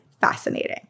fascinating